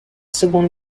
seconde